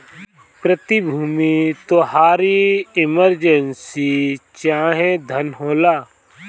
प्रतिभूति तोहारी इमर्जेंसी चाहे धन होला